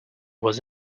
was